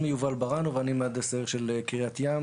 אני מהנדס העיר קריית ים.